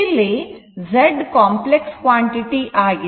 ಇಲ್ಲಿ Z complex ಪ್ರಮಾಣ ಆಗಿದೆ